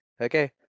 okay